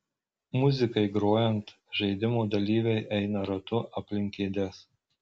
muzikai grojant žaidimo dalyviai eina ratu aplink kėdes